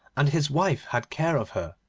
and his wife had care of her,